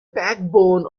backbone